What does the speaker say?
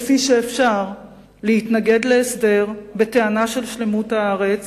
כפי שאפשר להתנגד להסדר בטענה של שלמות הארץ,